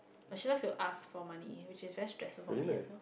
but she like to ask for money which is very stressful for me as well